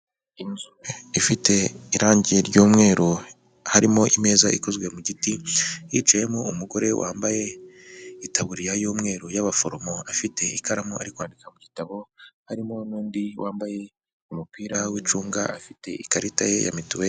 Inzu ifite irangi ry'umweru harimo ameza ikozwe mu giti, hicayemo umugore wambaye itaburiya y'umweru y'abaforomo, afite ikaramu ari kwandika mu gitabo, harimo n'undi wambaye umupira w'icunga afite ikarita ye ya mituweri.